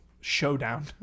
showdown